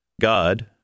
God